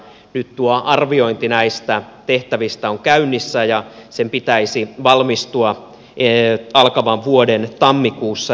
nyt tuo arviointi näistä tehtävistä on käynnissä ja sen pitäisi valmistua alkavan vuoden tammikuussa